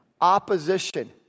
opposition